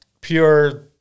pure